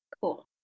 cool